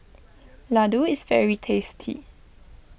Ladoo is very tasty